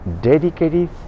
dedicated